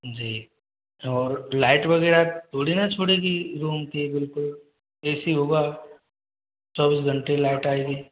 जी light और वगैरह थोड़ी न छोड़ेगी रूम की बिल्कुल ए सी हुआ चौबीस घंटे लाइट आएगी